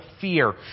fear